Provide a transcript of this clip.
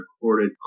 recorded